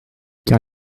car